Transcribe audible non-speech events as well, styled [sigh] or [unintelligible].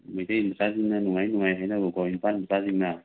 ꯃꯩꯇꯩ ꯃꯆꯥꯁꯤꯡꯅ ꯅꯨꯡꯉꯥꯏ ꯅꯨꯡꯉꯥꯏ ꯍꯥꯏꯅꯕꯀꯣ [unintelligible] ꯃꯆꯥꯁꯤꯡꯅ